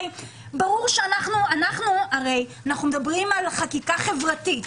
אנחנו מדברים על חקיקה חברתית,